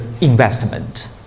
investment